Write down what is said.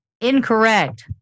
Incorrect